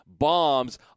bombs